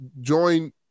join